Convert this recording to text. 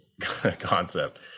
concept